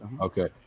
okay